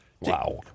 Wow